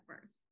first